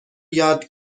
یاد